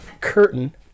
curtain